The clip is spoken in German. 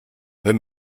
hör